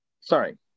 sorry